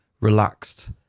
relaxed